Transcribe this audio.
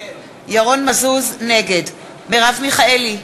נגד מרב מיכאלי,